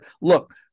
look